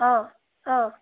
অঁ অঁ